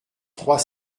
trois